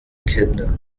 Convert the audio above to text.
kinder